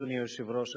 אדוני היושב-ראש,